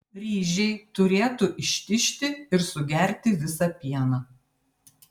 ryžiai turėtų ištižti ir sugerti visą pieną